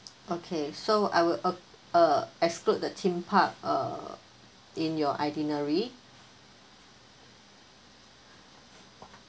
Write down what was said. okay so I will uh exclude the theme park uh in your itinerary